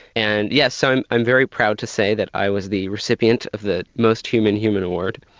and yes, i'm i'm very proud to say that i was the recipient of the most human human award,